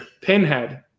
pinhead